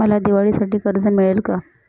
मला दिवाळीसाठी कर्ज मिळेल का?